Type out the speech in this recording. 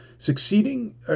Succeeding